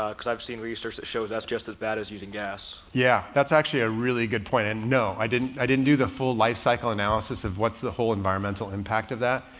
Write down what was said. ah cause i've seen research that shows us just as bad as using gas. yeah, that's actually a really good point. and no, i didn't, i didn't do the full lifecycle analysis of what's the whole environmental impact of that.